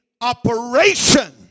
operation